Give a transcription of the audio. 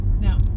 No